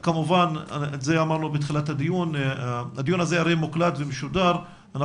אמרנו בתחילת הדיון שהדיון הזה מוקלט ומשודר אבל